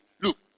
look